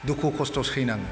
दुखु खस्थ' सैनाङो